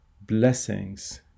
blessings